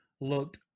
looked